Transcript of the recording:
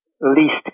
least